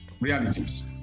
realities